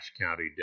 County